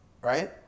right